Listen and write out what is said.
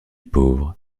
pauvre